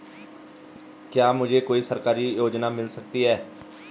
क्या मुझे कोई सरकारी योजना मिल सकती है?